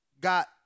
got